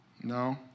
No